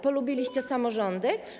Polubiliście samorządy?